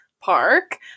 Park